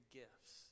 gifts